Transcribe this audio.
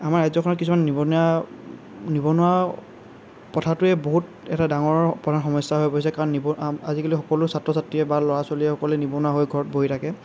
আমাৰ ৰাজ্যখনত কিছুমান নিবনুৱা নিবনুৱা কথাটোৱে বহুত এটা ডাঙৰ প্ৰধান সমস্যা হৈ পৰিছে কাৰণ নিব আজিকালি সকলো ছাত্ৰ ছাত্ৰীয়ে বা ল'ৰা ছোৱালীয়ে সকলোৱে নিবনুৱা হৈ ঘৰত বহি থাকে